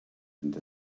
into